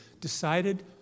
decided